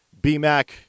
BMAC